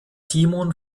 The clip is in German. timon